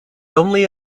only